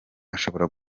ashobora